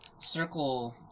circle